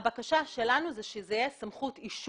הבקשה שלנו היא שזאת תהיה סמכות אישור.